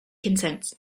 consents